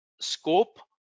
scope